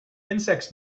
insects